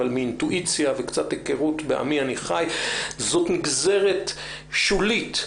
אבל מאינטואיציה וקצת היכרות בעמי אני חי זאת נגזרת שולית,